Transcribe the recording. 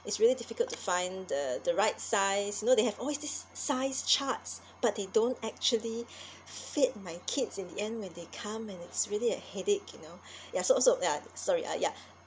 it's really difficult to find the the right size you know they have always this size charts but they don't actually fit my kids in the end when they come and it's really a headache you know ya so so ya sorry uh ya